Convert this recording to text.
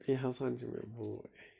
بیٚیہِ ہسا چھُ مےٚ بوے